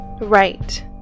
Right